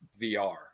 VR